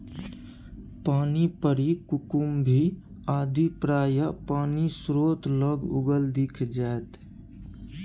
पानिपरी कुकुम्भी आदि प्रायः पानिस्रोत लग उगल दिख जाएत